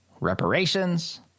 reparations